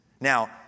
now